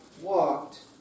walked